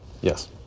Yes